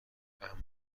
اما